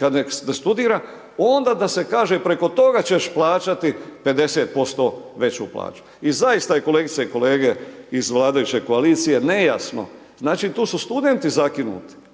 kada se ne studira, onda da se kaže preko toga ćeš plaćati 50% veću plaću. I zaista je kolegice i kolege iz vladajuće nejasno. Znači, tu su studenti zakinuti.